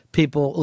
people